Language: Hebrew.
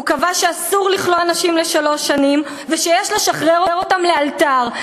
הוא קבע שאסור לכלוא אנשים לשלוש שנים ושיש לשחרר אותם לאלתר.